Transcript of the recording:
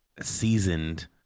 seasoned